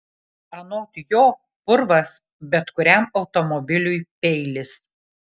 anot jo purvas bet kuriam automobiliui peilis